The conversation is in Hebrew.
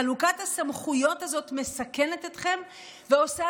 חלוקת הסמכויות הזאת מסכנת אתכם ועושה